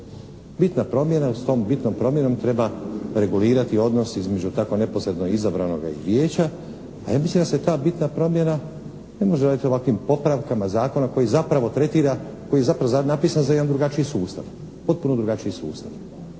Bitna promjena, s tom bitnom promjenom treba regulirati odnos između tako neposredno izabranoga vijeća a ja mislim da se ta bitna promjena ne može raditi ovakvim popravkama zakona koji zapravo tretira koji je zapravo napisan za jedan drugačiji sustav. Potpuno drugačiji sustav.